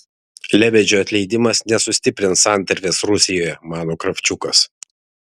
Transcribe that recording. lebedžio atleidimas nesustiprins santarvės rusijoje mano kravčiukas